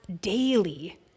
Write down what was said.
daily